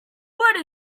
what